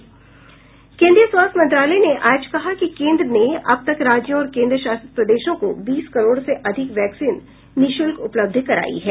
केन्द्रीय स्वास्थ्य मंत्रालय ने आज कहा कि केन्द्र ने अब तक राज्यों और केन्द्रशासित प्रदेशों को बीस करोड़ से अधिक वैक्सीन निःशुल्क उपलब्ध कराई है